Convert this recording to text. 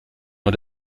nur